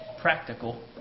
practical